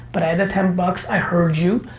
but i had the ten bucks, i heard you.